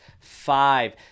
five